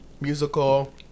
musical